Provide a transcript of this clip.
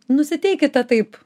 nusiteikite taip